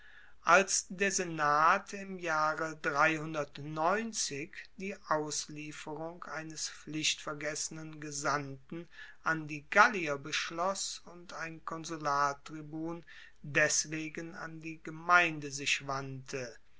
als der senat im jahre die auslieferung eines pflichtvergessenen gesandten an die gallier beschloss und ein konsulartribun deswegen an die gemeinde sich wandte